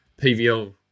PVL